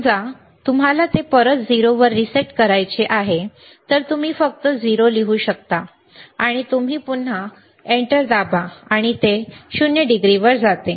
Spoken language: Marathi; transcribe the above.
समजा तुम्हाला ते परत 0 वर रीसेट करायचे आहे तर तुम्ही फक्त 0 लिहू शकता आणि तुम्ही पुन्हा एंटर दाबा आणि ते 0 डिग्रीवर जाते